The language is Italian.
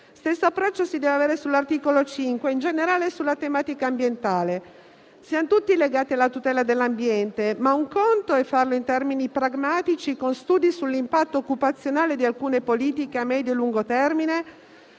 stesso approccio si deve avere sull'articolo 5 e, in generale, sulla tematica ambientale. Siamo tutti legati alla tutela dell'ambiente, ma un conto è farlo in termini pragmatici, con studi sull'impatto occupazionale di alcune politiche a medio e lungo termine,